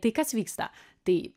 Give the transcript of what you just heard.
tai kas vyksta tai